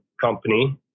company